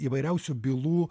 įvairiausių bylų